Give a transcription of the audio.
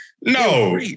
No